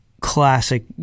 classic